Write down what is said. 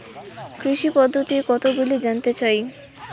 কৃষি পদ্ধতি কতগুলি জানতে চাই?